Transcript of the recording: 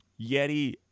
Yeti